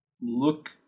Look